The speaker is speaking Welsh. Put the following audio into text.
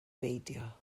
beidio